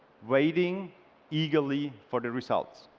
waiting eagerly for the results.